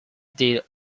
did